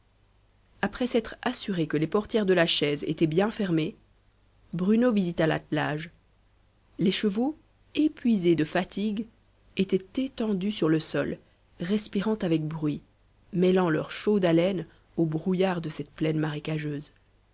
après s'être assuré que les portières de la chaise étaient bien fermées bruno visita l'attelage les chevaux épuisés de fatigue étaient étendus sur le sol respirant avec bruit mêlant leur chaude haleine au brouillard de cette plaine marécageuse